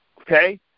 okay